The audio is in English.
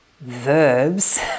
verbs